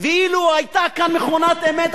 ואילו היתה כאן מכונת אמת,